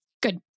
Good